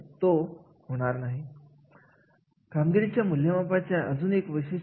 प्रथमतः आपल्याला कार्याचे मूल्यमापन विचारात घ्यावे लागते आणि हेच असतय कंपनीचे मुख्य कारण